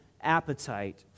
appetite